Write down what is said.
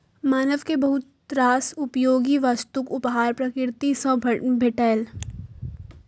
मानव कें बहुत रास उपयोगी वस्तुक उपहार प्रकृति सं भेटलैए